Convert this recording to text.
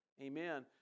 Amen